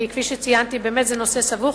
כפי שציינתי, זה באמת נושא סבוך.